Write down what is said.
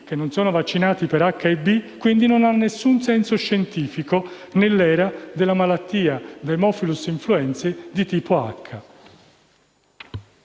bambini non vaccinati per Hib, quindi, non ha alcun senso scientifico nell'era della malattia *haemophilus influenzae* di tipo h.